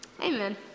Amen